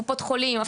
קופות חולים,